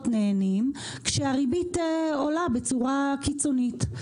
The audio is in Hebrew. נהנים כשהריבית עולה בצורה קיצונית.